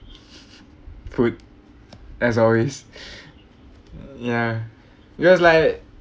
food as always ya because like